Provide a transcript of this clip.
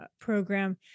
program